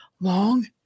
long